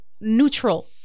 neutral